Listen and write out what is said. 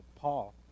Paul